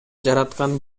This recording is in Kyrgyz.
жараткан